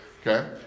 okay